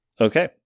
okay